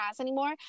anymore